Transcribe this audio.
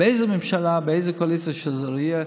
באיזו ממשלה, באיזו קואליציה שלא תהיה,